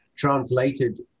translated